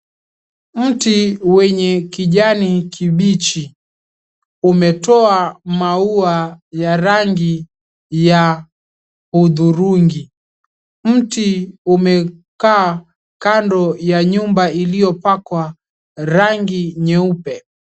Mti wenye kijani kibichi, umetoa maua ya rangi ya hudhurungi. Mti umekaa kando ya nyumba iliyopakwa rangi nyeupe.